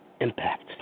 impact